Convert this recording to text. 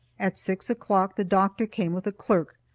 at six o'clock the doctor came with a clerk,